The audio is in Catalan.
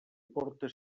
porta